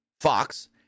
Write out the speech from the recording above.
Fox